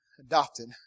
adopted